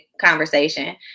conversation